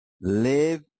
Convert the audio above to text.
Live